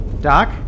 Doc